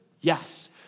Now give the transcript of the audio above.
Yes